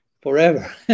forever